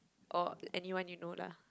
or anyone you know lah